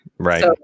Right